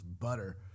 butter